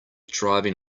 driving